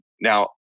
Now